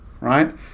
right